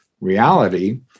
reality